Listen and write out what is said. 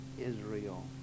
israel